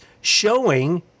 showing